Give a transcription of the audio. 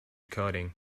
coding